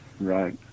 Right